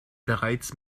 bereits